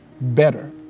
better